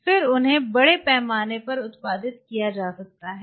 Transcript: फिर उन्हें बड़े पैमाने पर उत्पादित किया जा सकता है